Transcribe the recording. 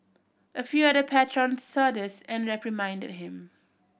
a few other patrons saw this and reprimanded him